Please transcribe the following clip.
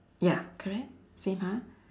ya correct same ha